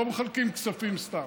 לא מחלקים כספים סתם,